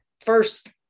first